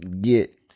get